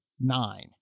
nine